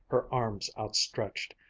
her arms outstretched,